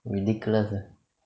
ridiculous ah